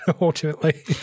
ultimately